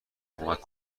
کمک